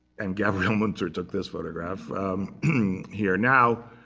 and gabriele munter took this photograph here. now,